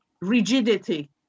rigidity